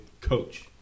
coach